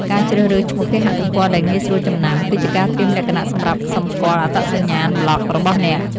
ការជ្រើសរើសឈ្មោះគេហទំព័រ ដែលងាយស្រួលចំណាំ គឺជាការត្រៀមលក្ខណៈសម្រាប់សម្គាល់អត្តសញ្ញាណប្លក់របស់អ្នក។